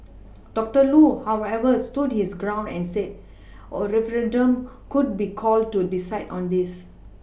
doctor Loo however stood his ground and said a referendum could be called to decide on this